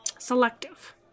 selective